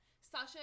Sasha